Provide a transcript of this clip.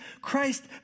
Christ